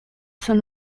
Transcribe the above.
son